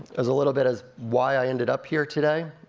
as a little bit as why i ended up here today,